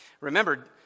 Remember